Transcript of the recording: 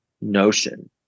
notion